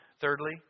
Thirdly